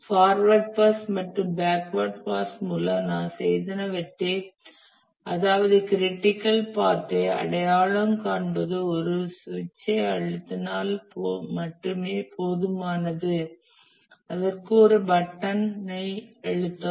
forward pass மற்றும் backward pass மூலம் நாம் செய்வனவற்றை அதாவது க்ரிட்டிக்கல் பாத்தை அடையாளம் காண்பது ஒரு சுவிட்சை அழுத்தினால் மட்டுமே போதுமானது அதற்கு ஒரு பட்டனை அழுத்தவும்